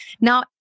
Now